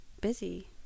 busy